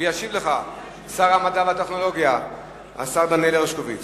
ישיב לך שר המדע והטכנולוגיה דניאל הרשקוביץ.